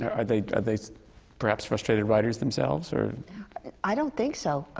are they are they so perhaps frustrated writers themselves? or i don't think so.